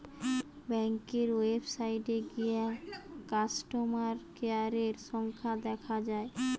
ব্যাংকের ওয়েবসাইটে গিয়ে কাস্টমার কেয়ারের সংখ্যা দেখা যায়